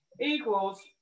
equals